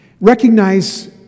Recognize